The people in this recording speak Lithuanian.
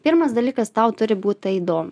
pirmas dalykas tau turi būt tai įdomu